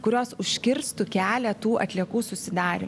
kurios užkirstų kelią tų atliekų susidarim